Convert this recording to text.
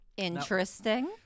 Interesting